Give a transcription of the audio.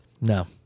No